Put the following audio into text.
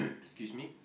excuse me